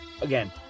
again